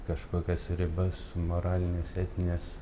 kažkokias ribas moralines etines